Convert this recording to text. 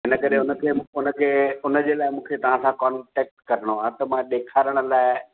इन करे उनखे उनखे उनजे लाइ मूंखे तव्हां सां कॉन्टेक्ट करिणो आहे त मां ॾेखारण लाइ